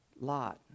Lot